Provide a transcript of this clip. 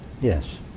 Yes